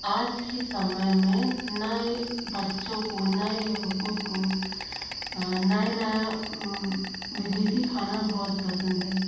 आज के समय मे नए बच्चों को नए युवकों को नए नए विधि सिखाना बहुत पसन्द है